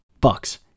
Bucks